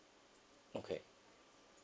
okay